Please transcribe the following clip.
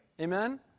Amen